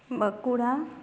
Bankura